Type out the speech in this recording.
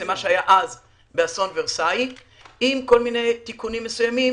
למה שהיה אז באסון ורסאי עם כל מיני תיקונים מסוימים